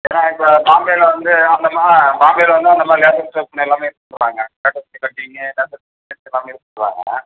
ஏன்னா இப்போ பாம்பேயில வந்து அந்தமா பாம்பேயில வந்து அந்தமாதிரி லேட்டஸ்ட்டு வெர்சன் எல்லாமே பண்ணுறாங்க லேட்டஸ்ட் கட்டிங்கு லேட்டஸ்ட்டு டிசைன்ஸ் எல்லாமே